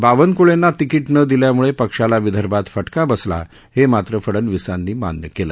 बावनक्ळेना ticket न दिल्यामुळे पक्षाला विदर्भात फटका बसला हे मात्र फडणविसांनी मान्य केलं